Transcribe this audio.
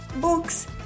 books